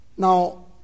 Now